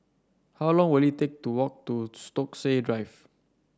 how long will it take to walk to Stokesay Drive